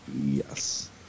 Yes